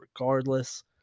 regardless